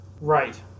Right